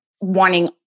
wanting